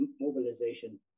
mobilization